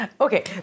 Okay